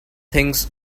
thinks